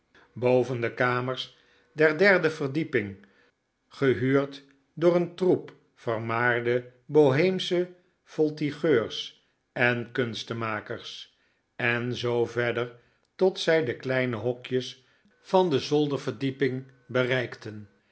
boven de kamers der derde verdieping gehuurd door een troep vermaarde boheemsche voltigeurs en kunstenmakers en zoo verder tot zij de kleine hokjes van de zolderverdieping bereikten